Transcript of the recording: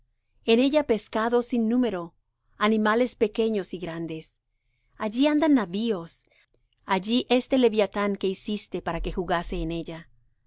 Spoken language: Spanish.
en ella pescados sin número animales pequeños y grandes allí andan navíos allí este leviathán que hiciste para que jugase en ella